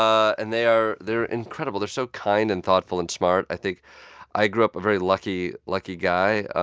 um and they are they're incredible. they're so kind and thoughtful and smart. i think i grew up a very lucky, lucky guy.